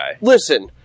Listen